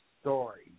story